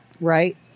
right